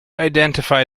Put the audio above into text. identify